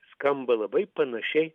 skamba labai panašiai